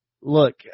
Look